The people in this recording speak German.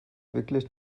wirklich